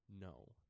no